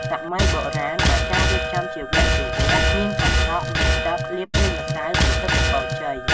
សម័យបុរាណអាចារ្យរៀបជាវគ្គៗ មានកាត់សក់ មុជទឹក លាបប្រេងម្សៅ ប្រសិទ្ធពរជ័យ ។